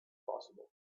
possible